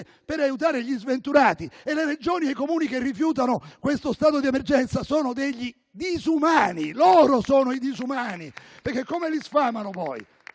per aiutare gli sventurati. Le Regioni e i Comuni che rifiutano questo stato d'emergenza sono disumani: loro sono i disumani? Come li sfamano poi?